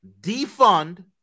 defund